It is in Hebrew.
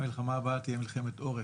המלחמה הבאה תהיה מלחמת עורף,